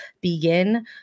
begin